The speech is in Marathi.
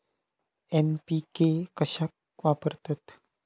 एन.पी.के कशाक वापरतत?